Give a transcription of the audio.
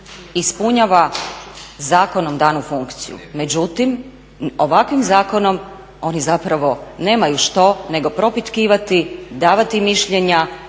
ispunjava zakonom danu funkciju. Međutim, ovakvim zakonom oni zapravo nemaju što nego propitkivati, davati mišljenja